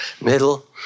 middle